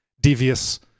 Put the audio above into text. devious